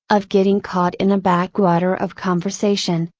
of getting caught in a backwater of conversation,